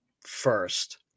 first